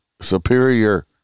superior